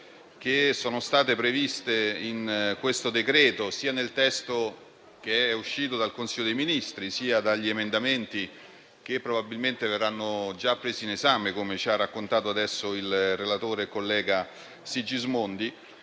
esso sono state previste, sia nel testo uscito dal Consiglio dei ministri sia negli emendamenti che probabilmente verranno già presi in esame, come ci ha raccontato adesso il relatore senatore Sigismondi.